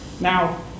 Now